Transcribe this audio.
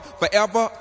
forever